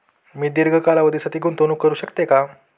मी दीर्घ कालावधीसाठी गुंतवणूक करू शकते का?